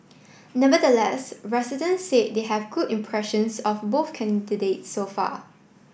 nevertheless resident said they have good impressions of both candidates so far